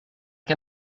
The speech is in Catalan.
què